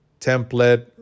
template